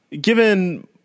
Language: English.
Given